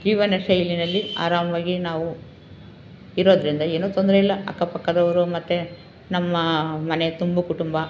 ಜೀವನಶೈಲಿನಲ್ಲಿ ಆರಾಮವಾಗಿ ನಾವು ಇರೋದರಿಂದ ಏನೂ ತೊಂದರೆಯಿಲ್ಲ ಅಕ್ಕಪಕ್ಕದವರು ಮತ್ತು ನಮ್ಮ ಮನೆ ತುಂಬು ಕುಟುಂಬ